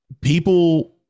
people